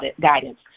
guidance